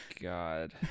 God